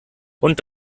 und